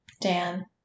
Dan